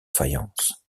faïence